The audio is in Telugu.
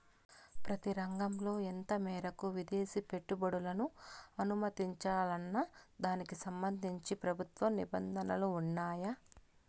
ప్రతి రంగంలో ఎంత మేరకు విదేశీ పెట్టుబడులను అనుమతించాలన్న దానికి సంబంధించి ప్రభుత్వ నిబంధనలు ఉన్నాయా?